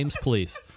please